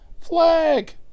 Flag